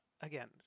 Again